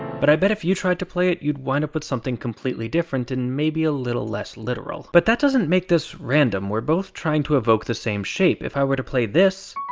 but i bet if you tried to play it, you'd wind up with something completely different and maybe a little less literal. but that doesn't make this random we're both trying to evoke the same shape. if i were to play this